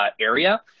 area